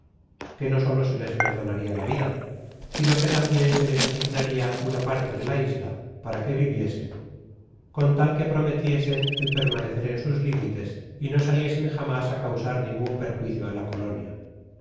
que no solo se les perdonaria la vida sino que tambien se les asignaria una parte de la isla para que viviesen con tal que promev üeseu el permanecer en sus limites y no saliesen jamas á causar ningun pprjuicio á la colonia